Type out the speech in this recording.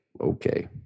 okay